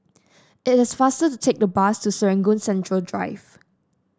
it is faster to take the bus to Serangoon Central Drive